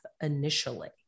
initially